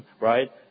right